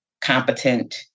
competent